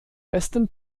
besten